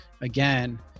again